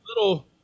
little